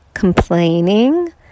complaining